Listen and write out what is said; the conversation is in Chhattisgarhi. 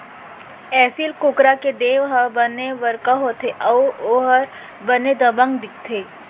एसील कुकरा के देंव ह बने बड़का होथे अउ ओहर बने दबंग दिखथे